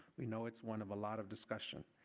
we know it's one of a lot of discussion.